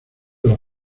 los